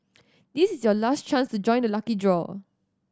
this is your last chance to join the lucky draw